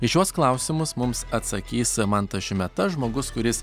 į šiuos klausimus mums atsakys mantas šimeta žmogus kuris